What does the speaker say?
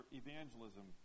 evangelism